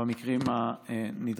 במקרים נדרשים.